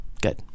Good